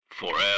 Forever